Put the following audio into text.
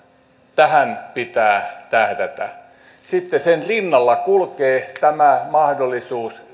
tähän pitää tähdätä sitten sen rinnalla kulkee tämä mahdollisuus